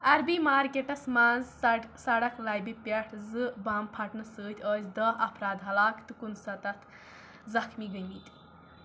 عربی مارکیٹَس منٛز سڑک سڑک لَبہِ پٮ۪ٹھ زٕ بمَب پھٹنہٕ سۭتۍ ٲسۍ دہ افراد ہلاک تہٕ کُنسَتَتھ زخمی گٔمٕتۍ